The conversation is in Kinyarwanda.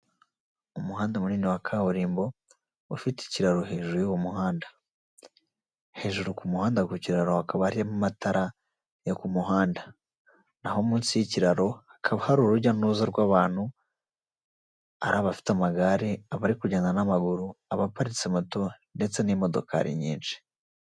Umuhanda munini wa kaburimbo ufite ikiraro hejuru y'uwo muhanda, hejuru ku muhanda ku kiraro hakaba hari amatara yo ku muhanda, naho munsi y'ikiraro hakaba hari urujya nuruza rw'abantu hari abafite amagare, abari kugenda n'amaguru, abaparitse moto ndetse n'imodokari nyinshi.